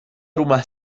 rumah